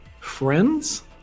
friends